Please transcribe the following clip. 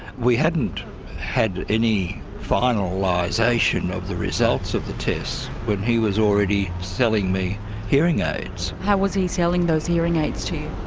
we hadn't had any finalisation of the results of the tests when he was already selling me hearing aids. how was he selling those hearing aids to you?